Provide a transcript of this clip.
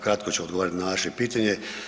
Kratko ću odgovoriti na vaše pitanje.